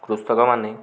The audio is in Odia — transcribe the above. କୃଷକମାନେ